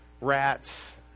rats